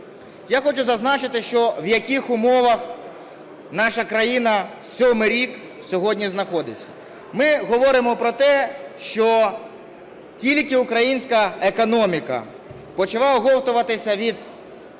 Я хочу зазначити, в яких умовах наша країна сьомий рік сьогодні знаходиться. Ми говоримо про те, що тільки українська економіка почала оговтуватися від